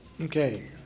Okay